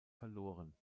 verloren